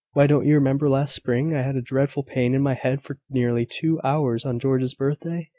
why, don't you remember, last spring, i had a dreadful pain in my head for nearly two hours, on george's birthday?